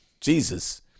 Jesus